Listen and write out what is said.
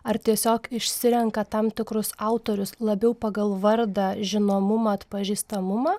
ar tiesiog išsirenka tam tikrus autorius labiau pagal vardą žinomumą atpažįstamumą